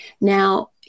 Now